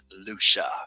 Lucia